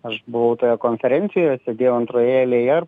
aš buvau toje konferencijoje sėdėjau antroje eilėje